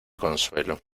consuelo